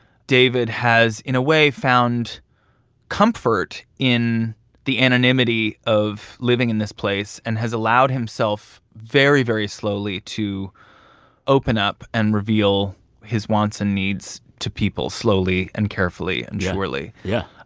david has, in a way, found comfort in the anonymity of living in this place and has allowed himself very, very slowly to open up and reveal his wants and needs to people slowly and carefully and surely yeah,